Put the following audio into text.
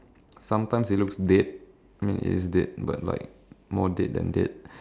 sometimes it looks dead I mean it's dead but more dead than dead